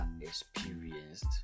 experienced